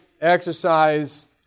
exercise